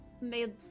made